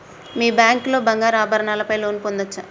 మీ bank లో బంగారు ఆభరణాల పై లోన్ పొందచ్చా?